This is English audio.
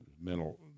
mental